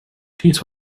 cheese